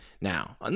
Now